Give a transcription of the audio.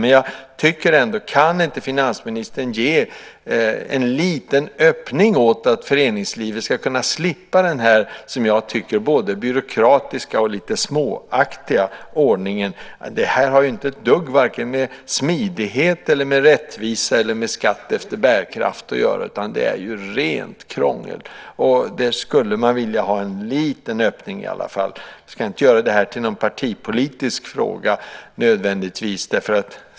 Men kan inte finansministern ge en liten öppning åt att föreningslivet ska kunna slippa den som jag tycker både byråkratiska och lite småaktiga ordningen? Det har inte ett dugg att göra med vare sig smidighet, rättvisa eller skatt efter bärkraft utan är rent krångel. Där skulle man i varje fall vilja ha en liten öppning. Jag ska inte nödvändigtvis göra detta till en partipolitisk fråga.